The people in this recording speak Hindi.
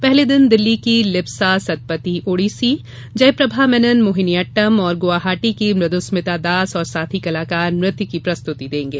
पहले दिन दिल्ली की लिप्सा सत्पथी ओडिसी जयप्रभा मेनन मोहिनीअट्टम और गुवाहाटी की मृदुस्मिता दास और साथी नृत्य की प्रस्तुति देंगे